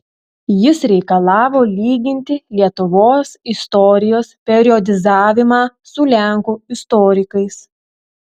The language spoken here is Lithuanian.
jis reikalavo lyginti lietuvos istorijos periodizavimą su lenkų istorikais